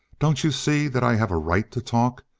don't you see that i have a right to talk?